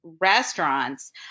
restaurants